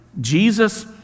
Jesus